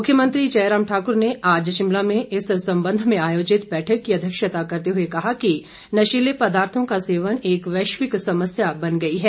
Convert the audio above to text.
मुख्यमंत्री जयराम ठाकुर ने आज शिमला में इस संबंध में आयोजित बैठक की अध्यक्षता करते हुए कहा कि नशीले पदार्थो का सेवन एक वैश्विक समस्या बन गई है